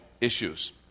issues